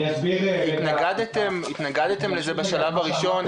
התנגדתם לזה בשלב הראשון?